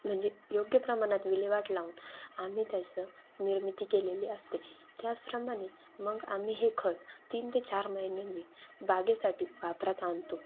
म्हणजे योग्य प्रमाणात विल्हेवाट लावून आम्ही त्याचं निर्मिती केलेली असते त्याचप्रमाणे मग आम्ही हे खत तीन ते चार बागेसाठी वापरात आणतो